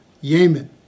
Yemen